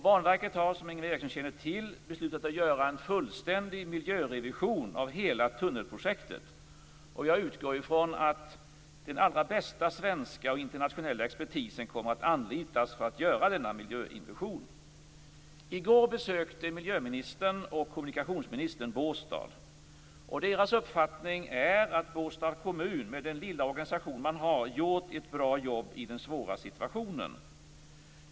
Banverket har, som Ingvar Eriksson känner till, beslutat att göra en fullständig miljörevision av hela tunnelprojektet, och jag utgår från att den allra bästa svenska och internationella expertisen kommer att anlitas för att göra denna miljörevision. I går besökte miljöministern och kommunikationsministern Båstad, och deras uppfattning är att Båstads kommun, med den lilla organisation som den har, gjort ett bra jobb i den svåra situationen.